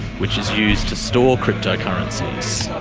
which is used to store cryptocurrencies.